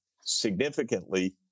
significantly